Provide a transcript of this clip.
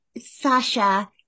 Sasha